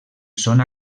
són